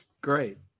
Great